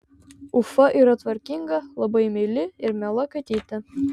ufa yra tvarkinga labai meili ir miela katytė